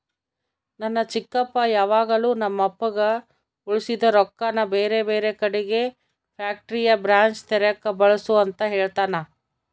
ನನ್ನ ಚಿಕ್ಕಪ್ಪ ಯಾವಾಗಲು ನಮ್ಮಪ್ಪಗ ಉಳಿಸಿದ ರೊಕ್ಕನ ಬೇರೆಬೇರೆ ಕಡಿಗೆ ಫ್ಯಾಕ್ಟರಿಯ ಬ್ರಾಂಚ್ ತೆರೆಕ ಬಳಸು ಅಂತ ಹೇಳ್ತಾನಾ